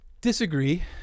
Disagree